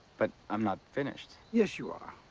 but i am not finished. yes, you are.